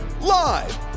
Live